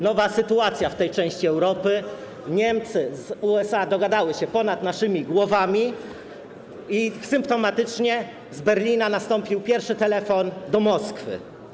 Nowa sytuacja w tej części Europy - Niemcy dogadały się z USA ponad naszymi głowami i symptomatycznie z Berlina nastąpił pierwszy telefon do Moskwy.